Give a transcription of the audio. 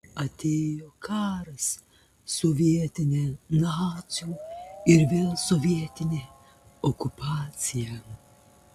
atėjo karas sovietinė nacių ir vėl sovietinė okupacija